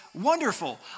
wonderful